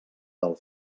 del